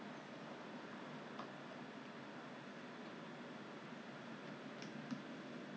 but by and large I don't like fried chicken anymore so Four Fingers at least is not fried one so I think still not too bad